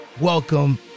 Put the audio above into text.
welcome